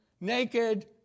naked